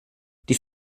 die